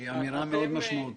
שהיא אמירה מאוד משמעותית.